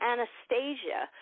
Anastasia